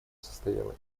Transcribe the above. состояла